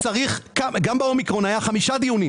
גם באומיקרון היו חמישה דיונים.